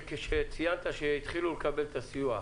שציינת שהתחילו לקבל את הסיוע,